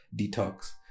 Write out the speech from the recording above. detox